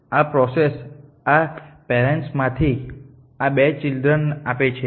આ પ્રોસેસ આ 2 પેરેન્ટ્સ માંથી આ 2 ચિલ્ડ્રન આપે છે